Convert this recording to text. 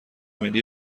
ملی